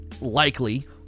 likely